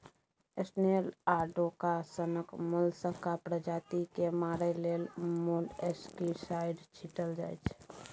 snail आ डोका सनक मोलस्का प्रजाति केँ मारय लेल मोलस्कीसाइड छीटल जाइ छै